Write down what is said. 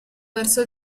verso